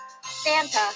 Santa